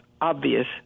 obvious